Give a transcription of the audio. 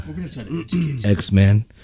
X-Men